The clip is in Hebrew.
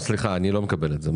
סליחה, אני לא מקבל את זה.